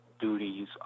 duties